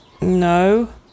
No